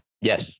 Yes